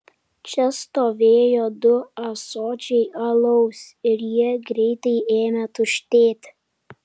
čia stovėjo du ąsočiai alaus ir jie greitai ėmė tuštėti